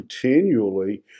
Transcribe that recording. continually